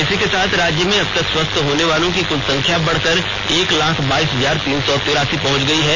इसी के साथ राज्य में अब तक स्वस्थ होने वालों की कुल संख्या बढ़कर एक लाख बाईस हजार तीन सौ तिरासी पहुंच गई है